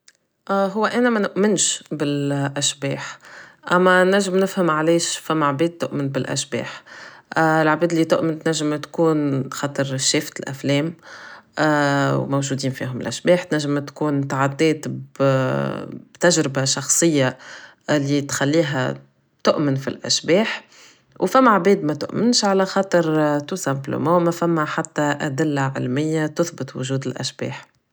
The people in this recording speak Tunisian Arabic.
هو انا مانامنش بالاشباح اما نجم نفهم علاش فما عباد تامن بالاشباح لعباد اللي تؤمن تنجم تكون خاطر شافت الافلام و موجدين فيهم الاشباح تنجم تكون عدات بتجربة شخصية اللي تخليها تؤمن فلاشباح و فما عباد ماتامنش على خاطر tout simplement مفما حتى ادلة علمية تثبت وجود الاشباح